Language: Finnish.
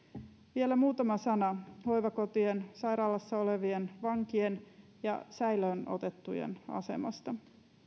vielä muutama sana hoivakotien sairaalassa olevien vankien ja säilöön otettujen asemasta